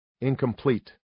incomplete